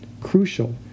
crucial